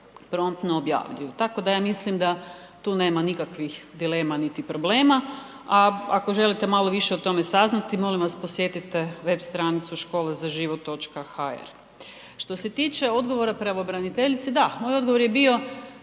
promptno objavljuju. Tako da ja mislim da tu nema nikakvih dilema niti problema. A ako želite malo više o tome saznati, molim vas posjetite web stranicu školazaživot.hr. Što se tiče odgovora pravobraniteljici da, moj odgovor je bio